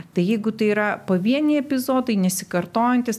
tai jeigu tai yra pavieniai epizodai nesikartojantys